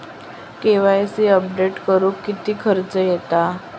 KYC update करुक किती खर्च येता?